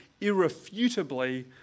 irrefutably